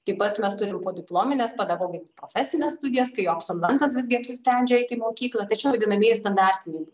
taip pat mes turim podiplomines pedagogines profesines studijas kai absolventas visgi apsisprendžia eit į mokyklą tai čia vadinamieji standartiniai